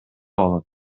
болот